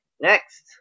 next